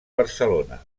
barcelona